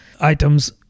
items